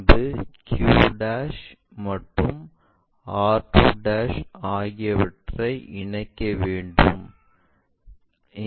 பின்பு q மற்றும் r2 ஆகியவற்றை இணைக்க வேண்டும்